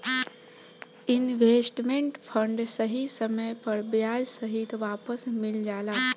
investment fund सही समय पर ब्याज सहित वापस मिल जाला